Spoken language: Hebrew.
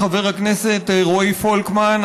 חבר הכנסת רועי פולקמן,